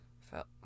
felt